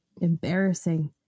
embarrassing